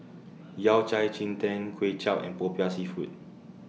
Yao Cai Ji Tang Kway Chap and Popiah Seafood